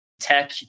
tech